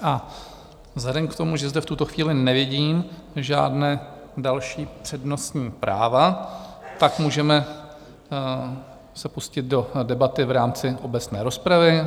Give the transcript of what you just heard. A vzhledem k tomu, že zde v tuto chvíli nevidím žádná další přednostní práva, tak můžeme se pustit do debaty v rámci obecné rozpravy.